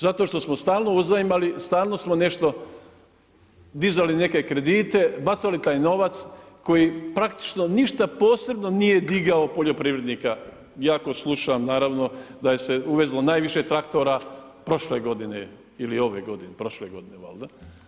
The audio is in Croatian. Zato što smo stalno uzajmali, stalno smo nešto, dizali neke kredite, bacali taj novac koji praktično ništa posebno nije digao poljoprivrednika, jako slušam naravno da je se uvezlo najviše traktora prošle godine ili ove godine, prošle godine valjda.